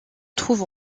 trouve